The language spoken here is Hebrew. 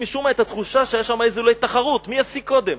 משום מה יש לי התחושה שאולי היתה שם תחרות מי ישיג קודם,